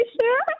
sure